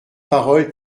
parole